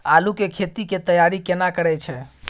आलू के खेती के तैयारी केना करै छै?